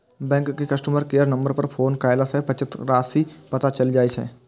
bank के customer care number पर phone कयला सं बचत राशिक पता चलि जाइ छै